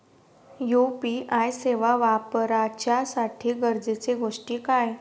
UPI सेवा वापराच्यासाठी गरजेचे गोष्टी काय?